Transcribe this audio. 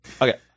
Okay